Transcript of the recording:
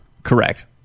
Correct